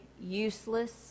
useless